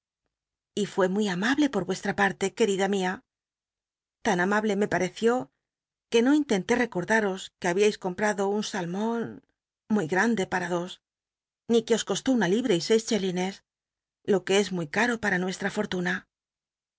y fué muy amable de vucstra parte querida mia tan amable me pareció que no intenté rccordaros que habíais comprado un salmon muy grande para dos ni que os costó una libra y seis chelines lo que es muy caro para nuestra foetuna